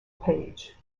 page